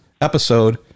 episode